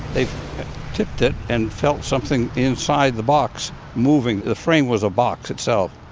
they tipped it and felt something inside the box moving. the frame was a box itself.